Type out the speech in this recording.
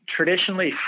traditionally